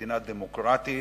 מדינה דמוקרטית